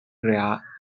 rare